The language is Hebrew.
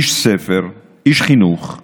איש ספר, איש חינוך.